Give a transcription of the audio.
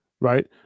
right